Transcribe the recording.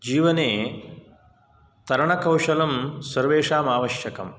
जीवने तरणकौशलं सर्वेषामावश्यकम्